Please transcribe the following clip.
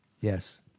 Yes